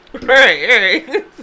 Hey